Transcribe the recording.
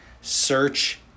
search